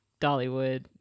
dollywood